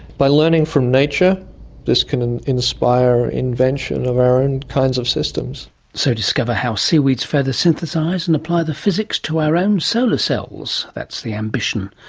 by learning from nature this can inspire invention of our own kinds of systems. so, discover how seaweeds further synthesise and apply the physics to our own solar cells. that's the ambition.